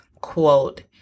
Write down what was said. quote